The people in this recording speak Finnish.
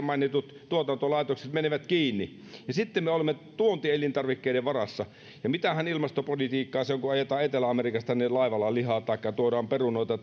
mainitut tuotantolaitokset menevät kiinni ja sitten me olemme tuontielintarvikkeiden varassa ja mitähän ilmastopolitiikkaa se on kun ajetaan etelä amerikasta tänne laivalla lihaa taikka tuodaan perunoita